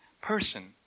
person